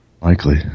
likely